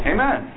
Amen